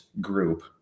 group